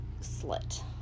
slit